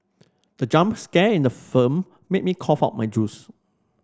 the jump scare in the film made me cough out my juice